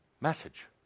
message